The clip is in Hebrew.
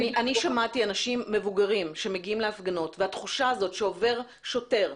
אני שמעתי אנשים מבוגרים שמגיעים להפגנות והתחושה הזאת שעובר שוטר,